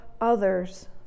others